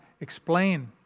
explain